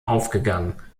aufgegangen